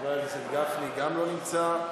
חבר הכנסת גפני גם לא נמצא.